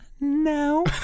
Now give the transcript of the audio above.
No